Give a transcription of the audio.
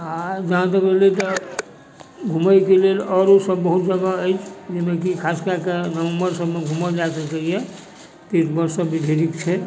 आओर जहाँ तक भेलै तऽ घुमैके लेल आओरो सब बहुत जगह अछि जाहिमे कि खास कए कऽ नवम्बर सबमे घूमल जा सकैए तीर्थ वर्थ सब ढ़ेरिक छै